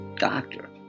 Doctor